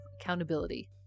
accountability